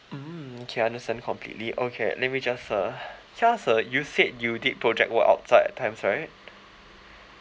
mm K I understand completely okay let me just uh tell us uh you said you did project work outside at times right